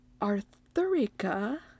Arthurica